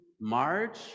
March